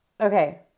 Okay